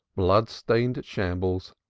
blood-stained shambles,